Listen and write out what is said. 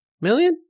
million